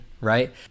right